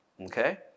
Okay